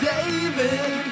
David